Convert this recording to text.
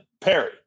Perry